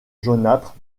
jaunâtre